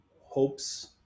hopes